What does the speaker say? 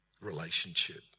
relationship